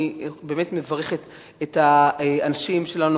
אני בהחלט מברכת את האנשים שלנו,